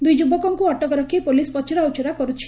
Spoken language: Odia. ଦୁଇ ଯୁବକଙ୍କୁ ଅଟକ ରଖି ପୋଲିସ ପଚରାଉଚୁରା କରୁଛି